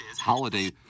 Holiday